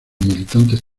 militantes